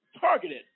targeted